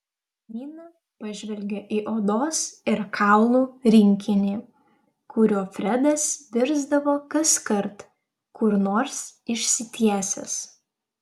nina pažvelgė į odos ir kaulų rinkinį kuriuo fredas virsdavo kaskart kur nors išsitiesęs